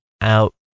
out